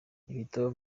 ibitabo